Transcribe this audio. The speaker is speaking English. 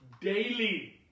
daily